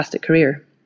career